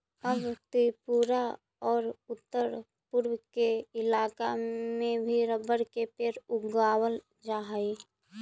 अब त्रिपुरा औउर उत्तरपूर्व के इलाका में भी रबर के पेड़ उगावल जा हई